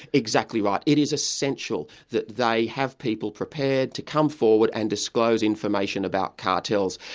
exactly right. it is essential that they have people prepared to come forward and disclose information about cartels.